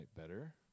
better